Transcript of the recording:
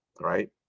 right